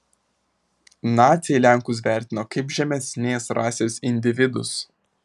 naciai lenkus vertino kaip žemesnės rasės individus